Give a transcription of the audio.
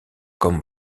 comme